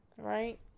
right